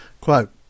quote